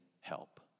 help